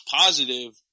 positive